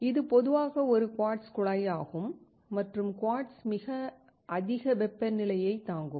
இது பொதுவாக ஒரு குவார்ட்ஸ் குழாய் ஆகும் மற்றும் குவார்ட்ஸ் மிக அதிக வெப்பநிலையைத் தாங்கும்